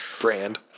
brand